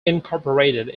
incorporated